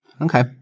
Okay